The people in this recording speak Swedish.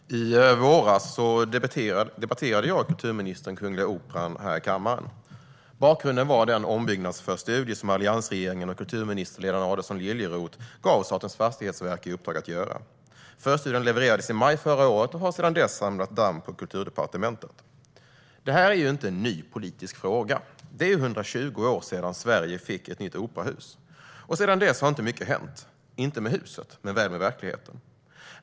Herr talman! I våras debatterade jag och kulturministern Kungliga Operan här i kammaren. Bakgrunden var den ombyggnadsförstudie som alliansregeringen och dess kulturminister, Lena Adelsohn Liljeroth, gav Statens fastighetsverk i uppdrag att göra. Förstudien levererades i maj förra året och har sedan dess samlat damm på Kulturdepartementet. Detta är inte en ny politisk fråga. Det är 120 år sedan Sverige fick ett nytt operahus. Sedan dess har inte mycket hänt - inte med huset, men väl med verkligheten.